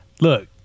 Look